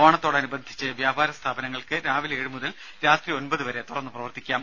ഓണത്തോടനുബന്ധിച്ച വ്യാപാര സ്ഥാപനങ്ങൾക്ക് രാവിലെ ഏഴു മുതൽ രാത്രി ഒൻപത് വരെ തുറന്ന് പ്രവർത്തിക്കാം